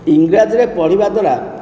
ଇଂରାଜୀରେ ପଢ଼ିବା ଦ୍ୱାରା